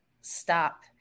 stop